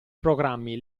programmi